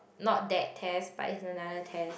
not that test but is another test